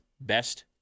best